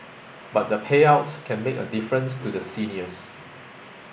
but the payouts can make a difference to the seniors